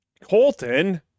Colton